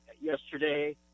yesterday